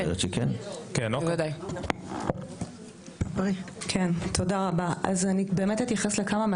זה נראה למישהו הגיוני?! אני שואלת אתכם: איך